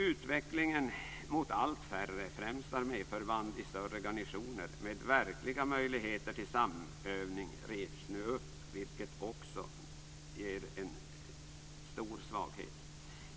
Utvecklingen mot allt färre främst arméförband i större garnisoner med verkliga möjligheter till samövning rivs nu upp, vilket också är en stor svaghet.